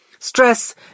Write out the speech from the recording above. Stress